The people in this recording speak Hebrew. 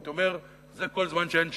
הייתי אומר שזה כל זמן שאין שלום.